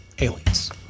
Aliens